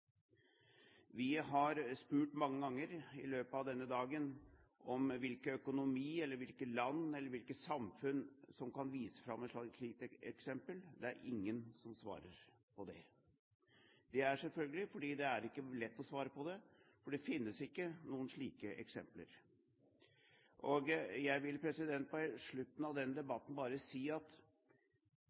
Vi har spurt mange ganger i løpet av denne dagen om hvilken økonomi, hvilke land eller hvilke samfunn som kan vise fram et slikt eksempel. Det er ingen som svarer på det. Det er selvfølgelig fordi det ikke er lett å svare på det, for det finnes ikke noen slike eksempler. Jeg vil på slutten av denne debatten bare si at